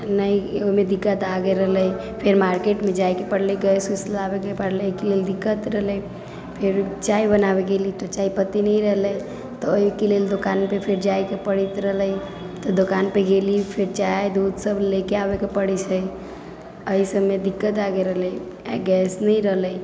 नहि ओहिमे दिक्कत आ गेल रहलै फेर मार्केटमे जाइके पड़लै गैस उस लाबैके पड़लै एहिके लेल दिक्कत रहलै फेर चाय बनाबै गेलि तऽ चाय पत्ती नहि रहलै तऽ ओहिके लेल दोकानपर फेर जाइके पड़ैत रहलै तऽ दोकानपर गेलि फेर चाय दूध सब लै के आबैके पड़ै छै एहि सबमे दिक्कत आ गेल रहलै आओर गैस नहि रहलै